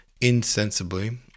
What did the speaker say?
Insensibly